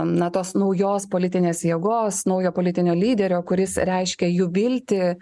na tos naujos politinės jėgos naujo politinio lyderio kuris reiškia jų viltį